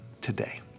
today